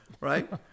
Right